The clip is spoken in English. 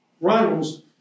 rivals